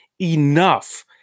enough